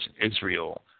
Israel